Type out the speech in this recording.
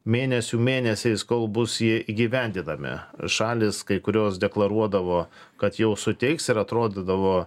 mėnesių mėnesiais kol bus ji įgyvendinami šalys kai kurios deklaruodavo kad jau suteiks ir atrodydavo